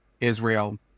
Israel